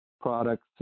products